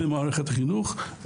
במערכת חינוך,